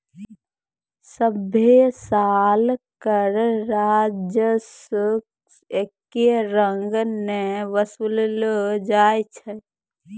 सभ्भे साल कर राजस्व एक्के रंग नै वसूललो जाय छै